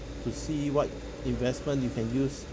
to see what investment you can use to